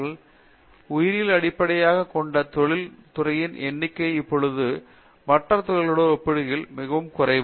பேராசிரியர் சத்யநாராயண என் கும்மாடி உயிரியலை அடிப்படையாக கொண்ட தொழில் துறையின் எண்ணிக்கை இப்பொழுது மற்ற துறைகளோடு ஒப்பிடுகையில் மிகவும் குறைவு